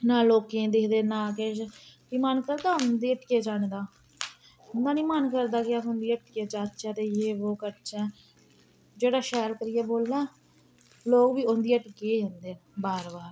ना लोकें ई दिखदे ना किश फ्ही मन करदा उं'दी हट्टियै जाने दा उंदा नी मन करदा कि अस उं'दी हट्टियै जाचै जे बो करचै जेह्ड़ा शैल करियै बोलै लोक बी उंदी हट्टियै गै जंदे न बार बार